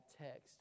text